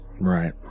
Right